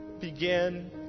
begin